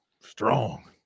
Strong